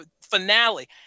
finale